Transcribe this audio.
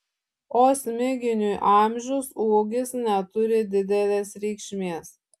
o smiginiui amžius ūgis neturi didelės reikšmės